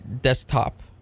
desktop